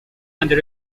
and